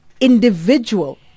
individual